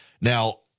Now